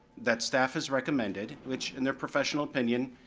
that staff has recommended, which, in their professional opinion,